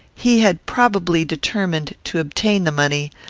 he had probably determined to obtain the money,